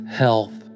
health